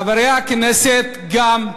חברי הכנסת גם,